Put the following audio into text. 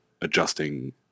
adjusting